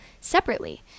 separately